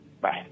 Bye